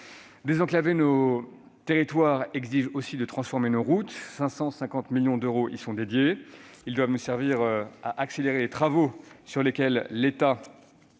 Désenclaver nos territoires exige aussi de transformer nos routes : 550 millions d'euros y seront dédiés. Ils doivent nous servir à accélérer des travaux sur lesquels l'État